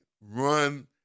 Run